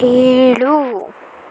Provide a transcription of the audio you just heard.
ಏಳು